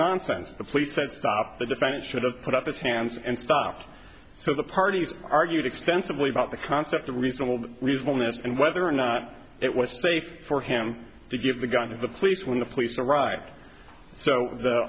nonsense the police said stop the defendant should've put up his hands and stopped so the parties argued extensively about the concept of reasonable reason and whether or not it was safe for him to give the gun to the police when the police arrived so the